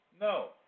No